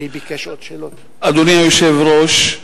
אדוני היושב-ראש,